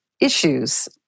issues